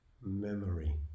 memory